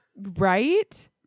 Right